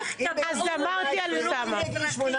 אז אמרתי על אוסאמה.